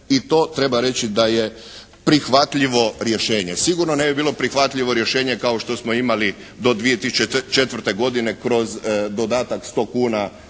i to treba reći da je prihvatljivo rješenje. Sigurno ne bi bilo prihvatljivo rješenje kao što smo imali do 2004. godine kroz dodatak 100 kuna